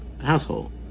household